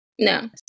No